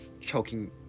choking